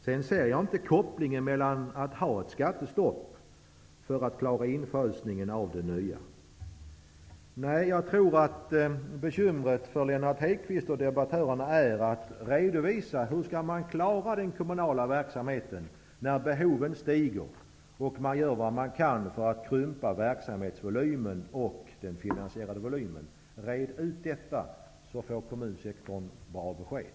Jag ser inte kopplingen mellan att ha ett skattestopp för att man skall klara infasningen av det nya systemet. Jag tror att bekymret för Lennart Hedquist och hans meddebattörer är att redovisa hur den kommunala verksamheten skall klaras, när behoven ökar samtidigt som kommunerna gör vad de kan för att krympa verksamhetsvolymen och den finansiella volymen. Red ut detta, så får kommunsektorn ett bra besked!